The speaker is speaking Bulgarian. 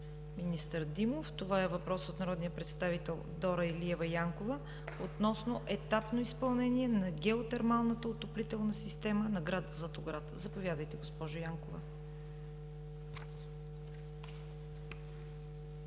министър Димов. Това е въпрос от народния представител Дора Илиева Янкова относно етапно изпълнение на геотермалната отоплителна система на град Златоград. Заповядайте, госпожо Янкова.